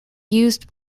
used